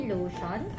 Lotion